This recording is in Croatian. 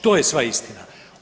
To je sva istina.